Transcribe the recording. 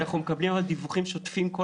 אבל אנחנו מקבלים כל הזמן דיווחים שוטפים.